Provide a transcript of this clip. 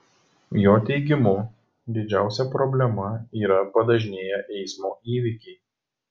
jo teigimu didžiausia problema yra padažnėję eismo įvykiai